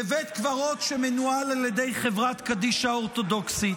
בבית קברות שמנוהל על ידי חברת קדישא אורתודוקסית,